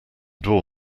door